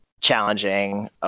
challenging